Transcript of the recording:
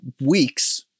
weeks